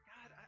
God